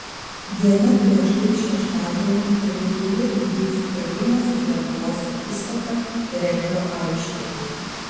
diena prieš tai šeštadienį alytuje įvyks ukrainos ir lietuvos akistata regbio aikštėje